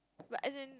like as in